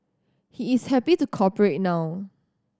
he is happy to cooperate now